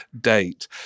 date